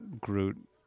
Groot